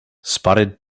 spotted